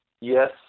Yes